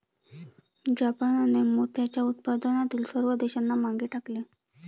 जापानने मोत्याच्या उत्पादनातील सर्व देशांना मागे टाकले